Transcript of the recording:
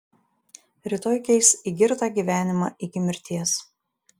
rytoj keis į girtą gyvenimą iki mirties